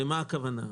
מה הכוונה?